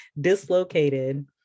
dislocated